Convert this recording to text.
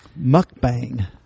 Mukbang